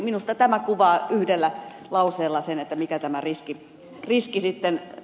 minusta tämä kuvaa yhdellä lauseella sen mikä tämä riski sitten on